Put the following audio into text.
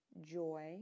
Joy